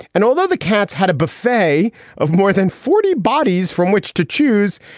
and although the cats had a buffet of more than forty bodies from which to choose,